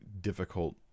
difficult